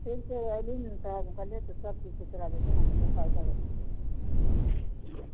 ठीक छै अएबही ने तब काल्हिए तऽ सबचीज तोहरा जे छै ने देखै उखैके